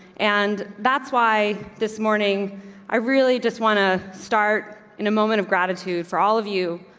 and that's why this morning i really just wanna start in a moment of gratitude for all of you,